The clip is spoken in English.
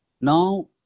now